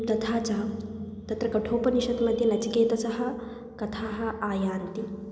तथा च तत्र कठोपनिषत् मध्ये नचिकेतसः कथाः आयान्ति